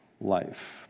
life